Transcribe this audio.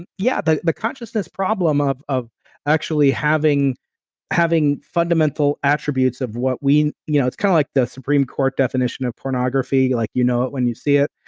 yeah, the the consciousness problem of of actually having having fundamental attributes of what we, you know it's kind of like the supreme court definition of pornography like you know it when you see it.